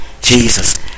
Jesus